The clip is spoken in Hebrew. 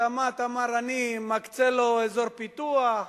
התמ"ת אמר: אני מקצה לו אזור פיתוח,